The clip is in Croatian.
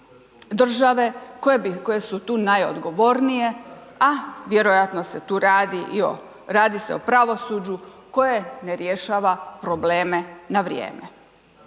države koje su tu najodgovornije, a vjerojatno se tu radi i o, radi se o pravosuđu koje ne rješava probleme na vrijeme.